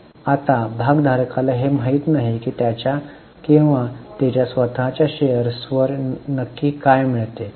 आता भाग धारकाला हे माहित नाही की त्याच्या किंवा तिच्या स्वत च्या शेअर्सवर नक्की काय मिळते